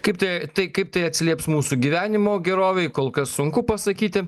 kaip tai tai kaip tai atsilieps mūsų gyvenimo gerovei kol kas sunku pasakyti